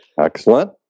excellent